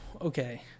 okay